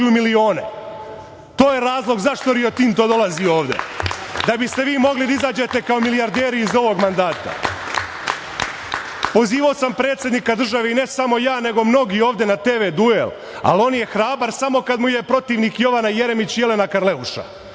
To je razlog zašto Rio Tintno dolazi ovde, da biste vi mogli da izađete kao milijarderi iz ovog mandata. Pozivao sam predsednika države, i ne samo ja nego mnogi ovde, na TV duel, ali ono je hrabar samo kad mu je protivnik Jovana Jeremić i Jelena Karleuša,